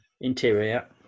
interior